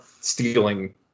stealing